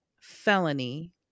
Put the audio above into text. Felony